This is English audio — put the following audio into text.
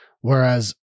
Whereas